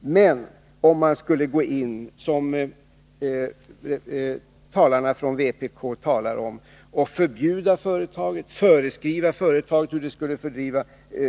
Men om man skulle gå in, som talarna från vpk menar, och föreskriva för företaget hur det skulle